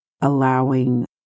allowing